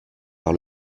par